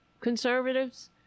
conservatives